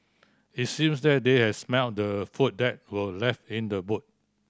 it seemed that they had smelt the food that were left in the boot